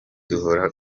duhora